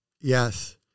Yes